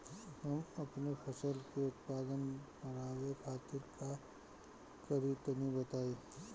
हम अपने फसल के उत्पादन बड़ावे खातिर का करी टनी बताई?